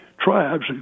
tribes